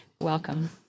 Welcome